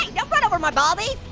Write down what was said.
ah don't run over my baldy,